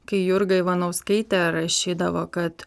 kai jurga ivanauskaitė rašydavo kad